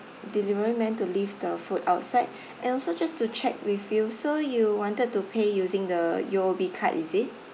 delivery man to leave the food outside and also just to check with you so you wanted to pay using the U_O_B card is it